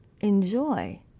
enjoy